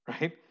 right